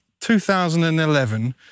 2011